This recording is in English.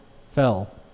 fell